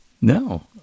No